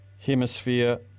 Hemisphere